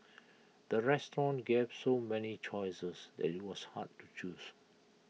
the restaurant gave so many choices that IT was hard to choose